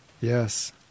Yes